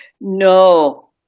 No